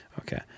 Okay